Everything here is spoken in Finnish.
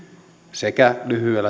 sekä lyhyellä tähtäimellä että